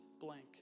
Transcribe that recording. blank